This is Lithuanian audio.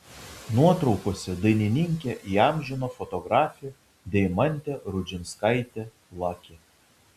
nuotraukose dainininkę įamžino fotografė deimantė rudžinskaitė laki